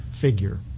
figure